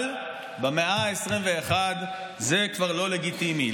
אבל במאה ה-21 זה כבר לא לגיטימי.